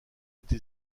été